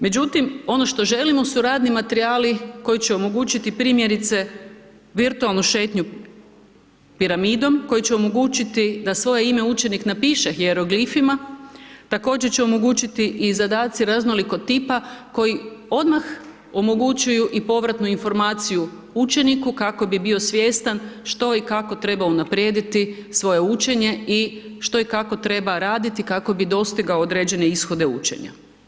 Međutim, ono što želimo su radni materijali koji će omogućiti primjerice virtualnu šetnju piramidom, koji će omogućiti da svoje ime učenik napiše hijeroglifima, također će omogućiti i zadaci raznolikog tipa koji odmah omogućuju i povratnu informaciju učeniku kako bi bio svjestan što i kako treba unaprijediti svoje učenje i što i kako treba raditi kako bi dostigao određene ishode učenja.